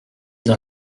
dans